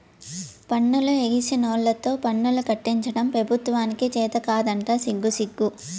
పన్నులు ఎగేసినోల్లతో పన్నులు కట్టించడం పెబుత్వానికి చేతకాదంట సిగ్గుసిగ్గు